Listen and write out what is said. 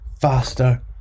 faster